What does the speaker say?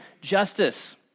justice